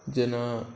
जेना